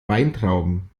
weintrauben